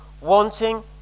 wanting